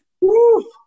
Woo